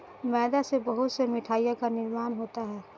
मैदा से बहुत से मिठाइयों का निर्माण होता है